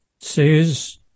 says